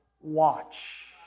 watch